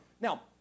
Now